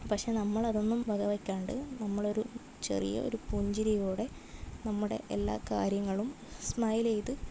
പക്ഷേ നമ്മളതൊന്നും വകവയ്ക്കാണ്ട് നമ്മളൊരു ചെറിയ ഒരു പുഞ്ചിരിയോടെ നമ്മുടെ എല്ലാ കാര്യങ്ങളും സ്മൈൽ ചെയ്ത്